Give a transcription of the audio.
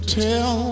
tell